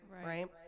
right